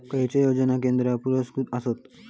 खैचे योजना केंद्र पुरस्कृत आसत?